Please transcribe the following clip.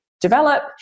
develop